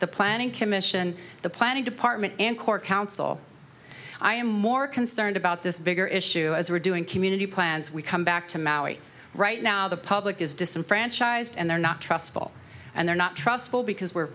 the planning commission the planning department and corps council i am more concerned about this bigger issue as we're doing community plans we come back to maui right now the public is disenfranchised and they're not trustful and they're not trustful because we